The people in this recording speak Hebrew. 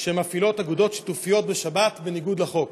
שאגודות שיתופיות מפעילות בשבת בניגוד לחוק.